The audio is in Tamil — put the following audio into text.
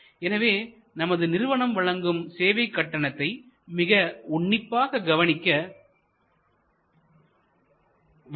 எனவே நமது நிறுவனம் வழங்கும் சேவை கட்டணத்தை மிக உன்னிப்பாக கவனிக்க வேண்டும்